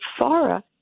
Farah